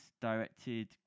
directed